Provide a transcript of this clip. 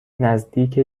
نزدیک